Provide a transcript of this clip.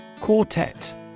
Quartet